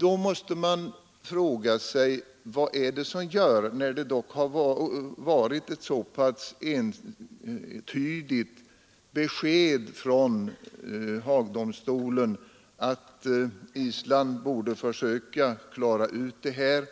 Man måste fråga sig: När nu Haagdomstolen har givit ett så pass entydigt besked om att Island borde försöka klara ut dessa frågor